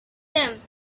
them